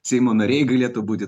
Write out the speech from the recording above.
seimo nariai galėtų būti